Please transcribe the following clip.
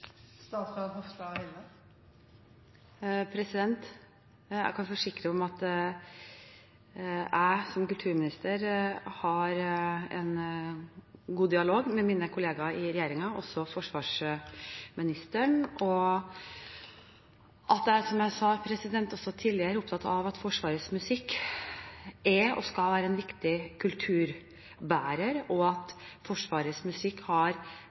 Jeg kan forsikre om at jeg som kulturminister har en god dialog med mine kolleger i regjeringen, også forsvarsministeren, og at jeg – som jeg også tidligere sa – er opptatt av at Forsvarets musikk er og skal være en viktig kulturbærer, og at Forsvarets musikk har